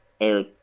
air